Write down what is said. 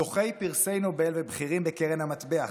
זוכי פרסי נובל ובכירים בקרן המטבע,